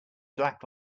black